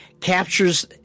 captures